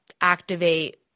activate